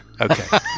Okay